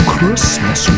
Christmas